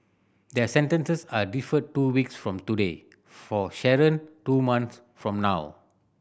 their sentences are deferred two weeks from today for Sharon two months from now